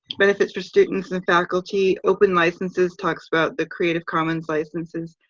benefits for students and faculty, open licenses talks about the creative commons licenses.